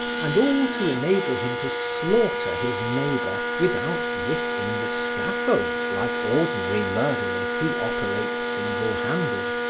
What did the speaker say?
and all to enable him to slaughter his neighbor without risking the scaffold like ordinary murderers who operate single-handed,